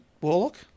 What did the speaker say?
Warlock